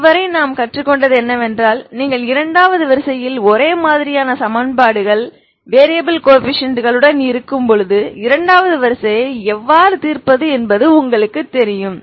இதுவரை நாம் கற்றுக்கொண்டது என்னவென்றால் நீங்கள் இரண்டாவது வரிசையில் ஒரே மாதிரியான சமன்பாடுகள் வேரியபில் கோஎபிசியென்ட்களுடன் இருக்கும்போது இரண்டாவது வரிசையை எவ்வாறு தீர்ப்பது என்பது உங்களுக்குத் தெரியும்